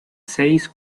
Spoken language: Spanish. seis